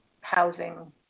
housing